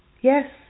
Yes